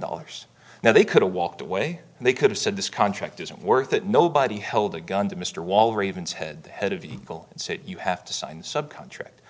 dollars now they could have walked away and they could've said this contract isn't worth it nobody held a gun to mr wall ravens head the head of the eagle and said you have to sign sub contract